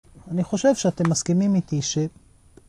אני חושב שאתם מסכימים איתי ש...